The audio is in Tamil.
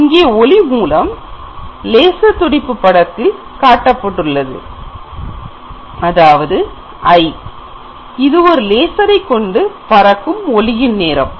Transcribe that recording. இங்கே ஒளி மூலம் I லேசர்த் துடிப்பு படத்தில் காட்டப்படுகிறது இது ஒரு லேசரை கொண்டு பறக்கும் ஒளியின் நேரம்